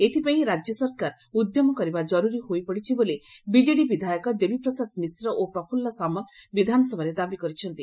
ଏଥପାଇଁ ରାକ୍ୟ ସରକାର ଉଦ୍ୟମ କରିବା କରୁରୀ ହୋଇପଡ଼ିଛି ବୋଲି ବିକେଡ଼ି ବିଧାୟକ ଦେବୀପ୍ରସାଦ ମିଶ୍ର ଓ ପ୍ରଫୁଲ୍ଲ ସାମଲ ବିଧାନସଭାରେ ଦାବି କରିଛନ୍ତି